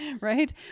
Right